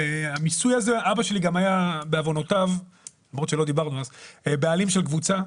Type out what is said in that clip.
אבא שלי גם היה בעוונותיו בעלים של קבוצה.